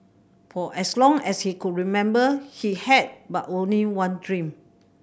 for as long as he could remember he had but only one dream